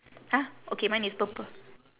!huh! okay mine is purple